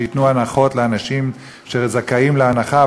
שייתנו הנחות לאנשים שזכאים להנחה,